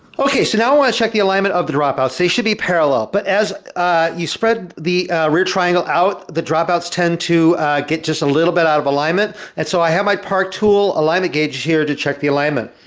okay, so now i want to check the alignment of the drop outs, they should be parallel but as you spread the rear triangle out, the dropouts tend to get just a little bit out of alignment and so i have my park tool alignment gauge here to check the alignment.